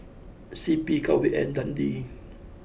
C P Cowhead and Dundee